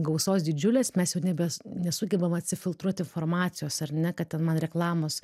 gausos didžiulės mes jau nebes nesugebam atsi filtruot informacijos ar ne kad ten man reklamos